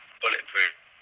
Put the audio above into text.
bulletproof